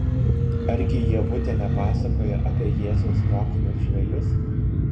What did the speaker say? argi ievutė nepasakojo apie jėzaus mokinius žvejus